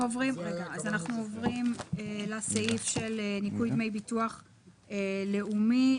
אנחנו עוברים לסעיף של ניכוי דמי ביטוח לאומי,